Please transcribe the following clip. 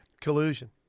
Collusion